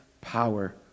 power